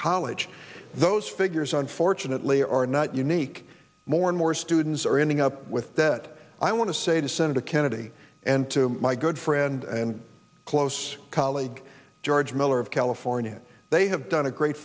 college those figures unfortunately are not unique more and more students are ending up with debt i want to say to senator kennedy and to my good friend and close colleague george miller of california they have done a great